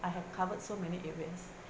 I had covered so many areas